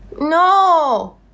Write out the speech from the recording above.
No